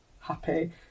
happy